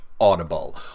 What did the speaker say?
audible